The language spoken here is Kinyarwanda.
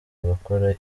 abakora